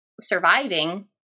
surviving